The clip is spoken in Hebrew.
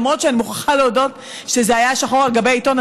למרות שאני מוכרחה להודות שזה היה שחור על גבי לבן בעיתון,